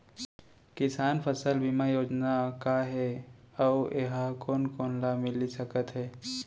किसान फसल बीमा योजना का हे अऊ ए हा कोन कोन ला मिलिस सकत हे?